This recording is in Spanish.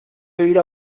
vivir